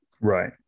Right